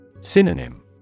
Synonym